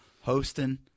hosting